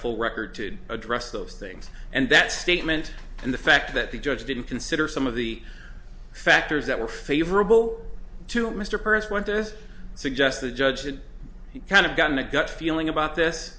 full record to address those things and that statement and the fact that the judge didn't consider some of the factors that were favorable to mr pearse want to suggest the judge did he kind of gotten a gut feeling about this